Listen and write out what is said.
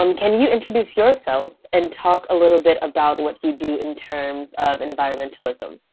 um can you introduce yourself and talk a little bit about what you do in terms of environmentalism?